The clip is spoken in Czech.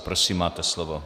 Prosím, máte slovo.